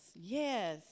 yes